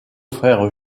frère